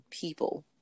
people